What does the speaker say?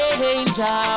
danger